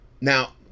now